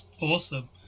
Awesome